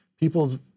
people's